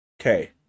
Okay